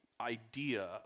idea